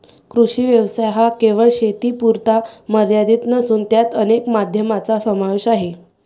कृषी व्यवसाय हा केवळ शेतीपुरता मर्यादित नसून त्यात अनेक माध्यमांचा समावेश आहे